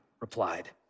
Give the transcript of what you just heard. replied